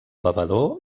bevedor